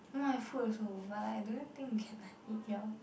no I've food also but like I don't think you can like eat here